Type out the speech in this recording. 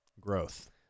growth